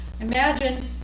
Imagine